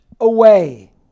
away